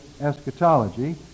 eschatology